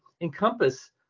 encompass